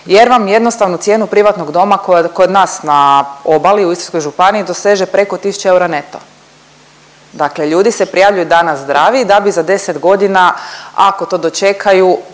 jer vam jednostavno cijenu privatnog doma koja je kod nas na obali u Istarskoj županiji doseže preko 1.000 eura neto. Dakle ljudi se prijavljuju danas zdravi, da bi za 10 godina ako to dočekaju